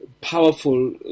Powerful